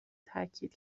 تاکید